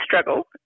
struggle